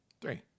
Three